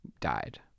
died